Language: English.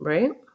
Right